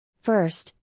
First